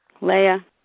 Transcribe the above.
Leah